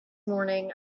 morning